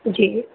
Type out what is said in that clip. जी